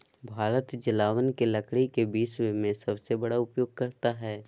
भारत जलावन के लकड़ी के विश्व में सबसे बड़ा उपयोगकर्ता हइ